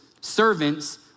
servants